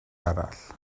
arall